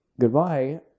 Goodbye